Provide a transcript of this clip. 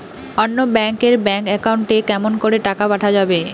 অন্য ব্যাংক এর bank account এ কেমন করে টাকা পাঠা যাবে?